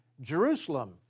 Jerusalem